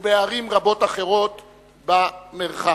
ובערים רבות אחרות במרחב.